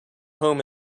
home